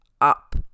up